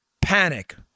panic